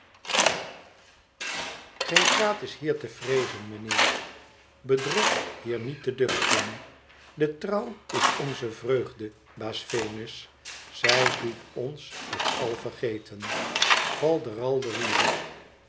geen kwaad is hier te vreezen meneer bedrog hier niet te duchten de trouw is onze vreugde baas venus zij doet ons t al vergeten falderalderiere